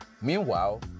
Meanwhile